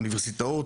האוניברסיטאות,